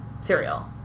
cereal